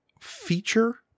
feature